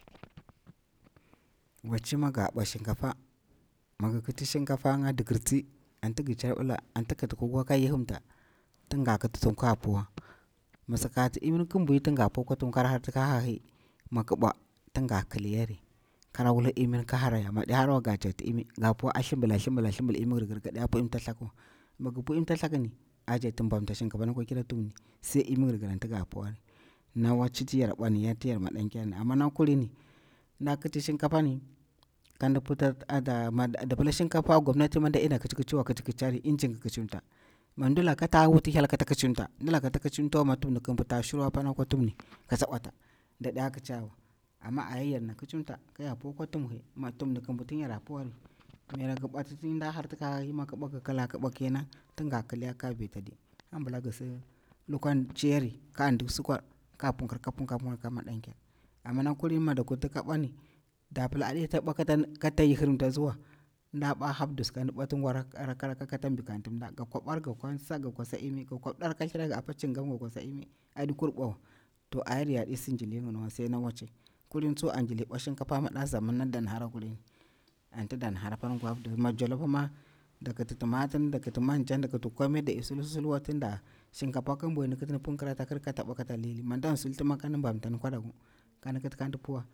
Waci mi ga ɓwa shinkafa, mig kiti shinkafanga dikir tsi, anti gi carbila anti gi kiti kukwa ka yihimta tin ga kiti tuhum ka puwa, mi sakati imin kin mbwiy tin ga pow kwa tuhum kara harti ka hahi mi ƙi ɓwa tin ga kiliyari kara wulhi imin ka haraya mi ɗi harawa ga jakti imi ga pu a thlimbila a thlimbila a thlimbil imi girgir gadiya pu imi tam thaku wa mi gi pu imi tamthakuni ajakti bamta shinkafani kwa kira tuhumni sai imi girgir anti ga puwari, na waci tiyar bwa niyaru ti yar maɗankyar ni amma na kulini nda kiti shinkafa ni kan puta ata mad, nda pila shinkafa gwannatin ma nda ɗena kiccikici wa kickicari injin ki kicimta, mim mdilaka ta wuti hyel kata kicimta, mdilaka ta kicimtawa mi tuum ni kim mbwu ta shirwar pani kwa tuhum ka tsa bwata ndaɗiya kicawa amma a yaru yarna kicimta, ka ya po kwa tuhum mi tuhum kim mbwuyi tin yara puwari miyar ki bwati tin ɗa harti ka hahi miki bwa ki kila kenan tin ga kiliyar ka ve ta di kambila gisi lukwa nciyari, kan ndik sukwar kaa punkir ka punkir ka punkir la maɗankyar, amma na kulin mi dak kurti ka bwani da pila aɗe ta bwa katan kata yahirimtaziwa nda bwa half dose kan bwati ngwa rakka rakka rakka kata mbikamti mda, ga kwa bwar ga kwansa ga kwasa imi ga kwabdar ka thiragi apa cinga ga kwa sa imi aɗi kur bwawa, to ayaru ya di sindi jilin yiniwa sai na wacci. Kulin tsu an jili bmwa shinkafa mada zaman nadda nahara kulin anti dana hara pan gwa mi jalofma da kiti timatir da kiti manjani dakiti kome dadi sulhi sulhiwa tin da shinkafan kin bwiy ndikiti ndi punkir ta kir kata bwa kata liyi mindang sultima kandi mbamtani kwadaku kandi kiti kandi puwa.